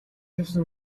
явсан